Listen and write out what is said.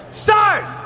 start